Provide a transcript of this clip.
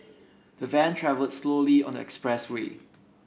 the van travelled slowly on the expressway